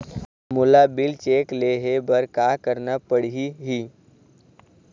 मोला bill check ले हे बर का करना पड़ही ही?